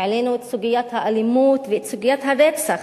העלינו את סוגיית האלימות ואת סוגיית הרצח,